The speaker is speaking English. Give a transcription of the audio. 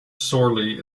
sorely